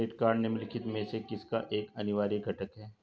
Credit card निम्नलिखित में से किसका एक अनिवार्य घटक है?